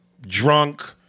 Drunk